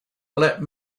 let